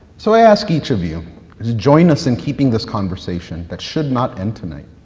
so i ask each of you to join us in keeping this conversation that should not end tonight.